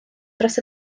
dros